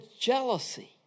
jealousy